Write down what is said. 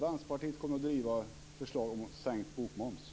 Vänsterpartiet kommer att driva förslaget om sänkt bokmoms.